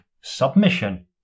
submission